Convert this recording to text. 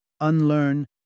Unlearn